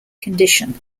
condition